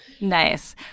Nice